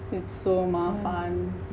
it's so mahal